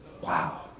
Wow